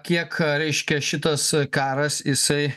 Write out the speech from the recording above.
kiek reiškia šitas karas jisai